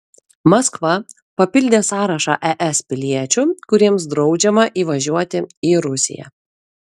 maskva papildė sąrašą es piliečių kuriems draudžiama įvažiuoti į rusiją